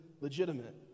legitimate